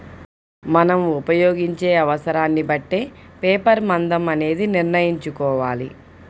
మనం ఉపయోగించే అవసరాన్ని బట్టే పేపర్ మందం అనేది నిర్ణయించుకోవాలి